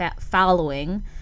following